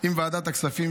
עם ועדת הכספים,